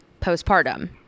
postpartum